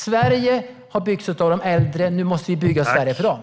Sverige har byggts av de äldre. Nu måste vi bygga Sverige för dem!